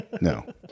No